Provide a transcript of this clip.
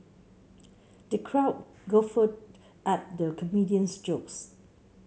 the crowd guffawed at the comedian's jokes